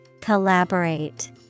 Collaborate